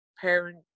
parent